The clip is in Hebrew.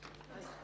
טוב.